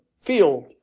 field